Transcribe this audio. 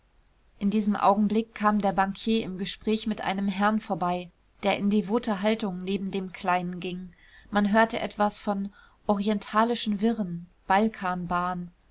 in diesem augenblick kam der bankier im gespräch mit einem herrn vorbei der in devoter haltung neben dem kleinen ging man hörte etwas von orientalischen wirren